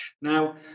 Now